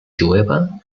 jueva